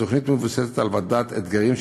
התוכנית מבוססת על ועדת אתגרים,